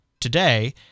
today